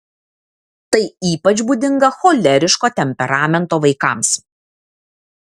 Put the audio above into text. tai ypač būdinga choleriško temperamento vaikams